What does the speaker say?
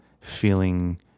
feeling